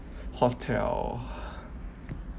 hotel